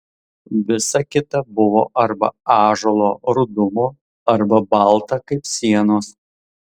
visa kita buvo arba ąžuolo rudumo arba balta kaip sienos